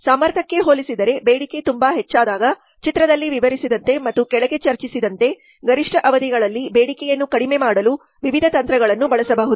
ಸಾಮರ್ಥ್ಯಕ್ಕೆ ಹೋಲಿಸಿದರೆ ಬೇಡಿಕೆ ತುಂಬಾ ಹೆಚ್ಚಾದಾಗ ಚಿತ್ರದಲ್ಲಿ ವಿವರಿಸಿದಂತೆ ಮತ್ತು ಕೆಳಗೆ ಚರ್ಚಿಸಿದಂತೆ ಗರಿಷ್ಠ ಅವಧಿಗಳಲ್ಲಿ ಬೇಡಿಕೆಯನ್ನು ಕಡಿಮೆ ಮಾಡಲು ವಿವಿಧ ತಂತ್ರಗಳನ್ನು ಬಳಸಬಹುದು